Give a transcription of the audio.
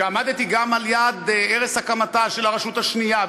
שעמדתי גם ליד ערש הקמתה של הרשות השנייה,